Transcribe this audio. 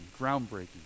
groundbreaking